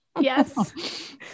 Yes